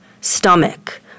stomach